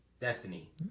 Destiny